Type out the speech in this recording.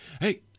Hey